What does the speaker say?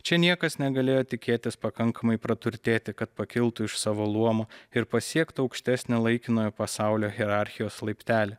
čia niekas negalėjo tikėtis pakankamai praturtėti kad pakiltų iš savo luomo ir pasiektų aukštesnį laikinojo pasaulio hierarchijos laiptelį